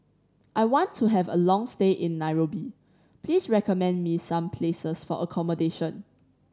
I want to have a long stay in Nairobi please recommend me some places for accommodation